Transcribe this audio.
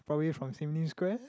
probably from Sim-Lim-square